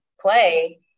play